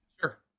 Sure